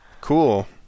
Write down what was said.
Cool